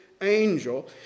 angel